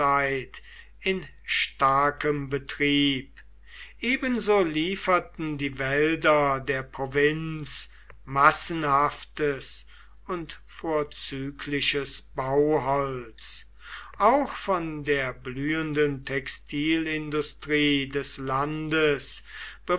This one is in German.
in starkem betrieb ebenso lieferten die wälder der provinz massenhaftes und vorzügliches bauholz auch von der blühenden textilindustrie des landes